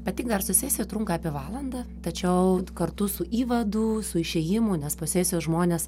pati garsų sesija trunka apie valandą tačiau kartu su įvadu su išėjimu nes po sesijos žmonės